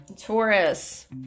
Taurus